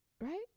right